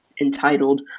entitled